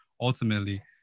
ultimately